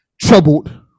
troubled